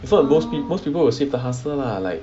so most most people will save the hassle lah like